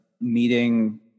meeting